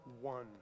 one